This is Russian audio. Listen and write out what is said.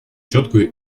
четкую